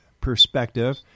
perspective